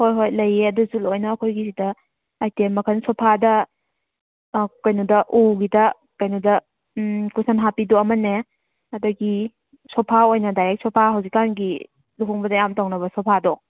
ꯍꯣꯏ ꯍꯣꯏ ꯂꯩꯌꯦ ꯑꯗꯨꯁꯨ ꯂꯣꯏꯅ ꯑꯩꯈꯣꯏꯒꯤ ꯁꯤꯗ ꯑꯥꯏꯇꯦꯝ ꯃꯈꯟ ꯁꯣꯐꯥꯗ ꯑꯥ ꯀꯩꯅꯣꯗ ꯎꯒꯤꯗ ꯀꯩꯅꯣꯗ ꯎꯝ ꯀꯨꯁꯟ ꯍꯥꯞꯄꯤꯗꯣ ꯑꯃꯅꯦ ꯑꯗꯒꯤ ꯁꯣꯐꯥ ꯑꯣꯏꯅ ꯗꯥꯏꯔꯦꯛ ꯁꯣꯐꯥ ꯍꯧꯖꯤꯛꯀꯤꯟꯒꯤ ꯂꯨꯍꯣꯡꯕꯗ ꯌꯥꯝ ꯇꯧꯅꯕ ꯁꯣꯐꯥꯗꯣ